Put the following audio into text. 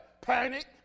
Panic